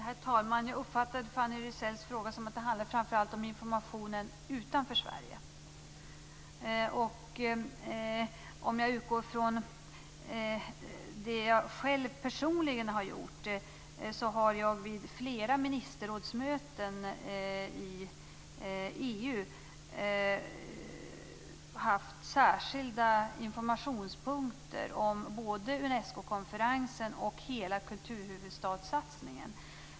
Herr talman! Jag uppfattar att Fanny Rizells fråga framför allt handlar om information utanför Sverige. Om jag utgår från det som jag personligen gjort kan jag säga att jag vid flera ministerrådsmöten i EU har haft särskilda informationspunkter om Unescokonferensen och hela kulturhuvudstadssatsningen.